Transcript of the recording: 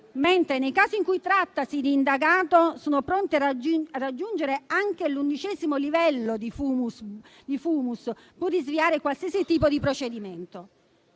mentre nei casi in cui trattasi di indagato si è pronti a raggiungere anche l'undicesimo livello di *fumus*, pur di sviare qualsiasi tipo di procedimento.